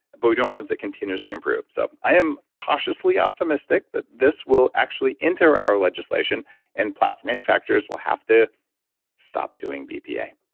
but we want ones that continues to improve, so i am cautiously optimistic that this will actually enter our legislation and plastic manufacturers will have to stop doing bpa